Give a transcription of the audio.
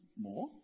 more